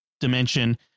dimension